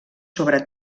sobre